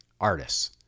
artists